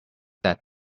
that